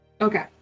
Okay